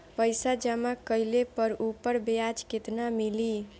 पइसा जमा कइले पर ऊपर ब्याज केतना मिली?